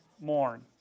Mourn